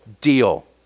deal